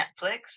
Netflix